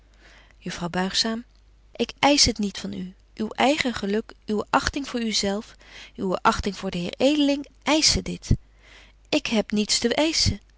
juffrouw buigzaam ik eisch het niet van u uw eigen geluk uwe achting voor u zelf uwe achting voor den heer edeling eischen dit ik heb niets te